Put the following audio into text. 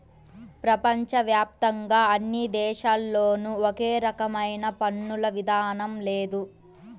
ప్రపంచ వ్యాప్తంగా అన్ని దేశాల్లోనూ ఒకే రకమైన పన్నుల విధానం లేదు